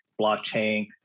blockchain